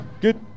Good